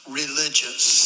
religious